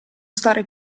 stare